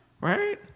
Right